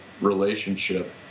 relationship